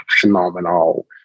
phenomenal